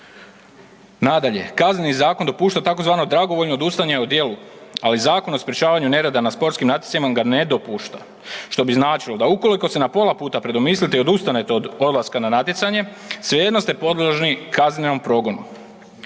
Nadalje, Kazneni zakon dopušta tzv. dragovoljno odustajanje o djelu, ali Zakon o sprječavanju nereda na sportskim natjecanjima ga ne dopušta. Što bi značilo da ukoliko se na pola puta predomislite i odustane od odlaska na natjecanje svejedno ste podložni kaznenom progonu.